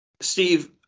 Steve